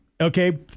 okay